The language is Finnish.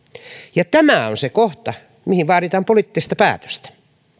tämä on se kohta mihin vaaditaan poliittista päätöstä